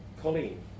Colleen